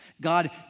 God